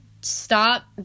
stop